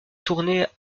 tournées